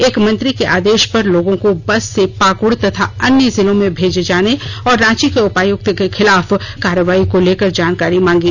एक मंत्री के आदेश पर लोगों को बस से पाकड तथा अन्य जिलों में भेजे जाने और रांची के उपायुक्त के खिलाफ कार्रवाई को लेकर जानकारी मांगी